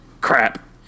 crap